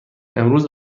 امروز